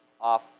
off